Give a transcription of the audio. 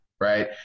right